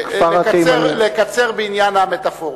לקצר בעניין המטאפורות.